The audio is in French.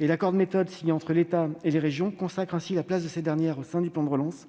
L'accord de méthode signé entre l'État et les régions consacre ainsi la place de ces dernières au sein du plan de relance,